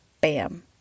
Bam